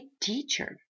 teacher